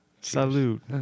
Salute